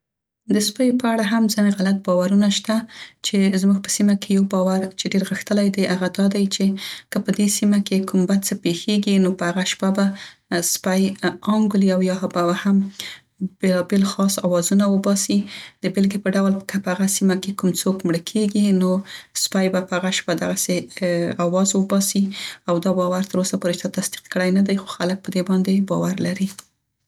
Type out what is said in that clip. خاص د سپیو په اړه هم ځينې غلط باورونه شته چې زموږ په سیمه کې یو باور چې ډير غښتلی دی هغه دا دی چې که په دې سیمه کې کوم بد څه پیښیګي نو په هغه شپه به سپی انګولي یا به هم اواز وباسي، او دا باور تر اوسه پورې چا تصدیق کړی ندی خو خلک په دې بانې باور لری. د بیلګې په ډول که په هغه سیمه کې څوک مړه کیګي نو سپی به په هغه شپه دغسې اوازونه وباسي.